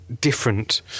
different